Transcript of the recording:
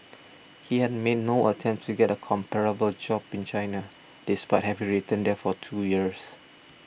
he had made no attempt to get a comparable job in China despite having returned there for two years